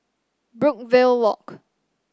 Brookvale Walk